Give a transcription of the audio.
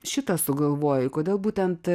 šitą sugalvojai kodėl būtent